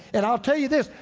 and i'll tell you this,